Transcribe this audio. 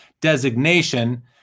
designation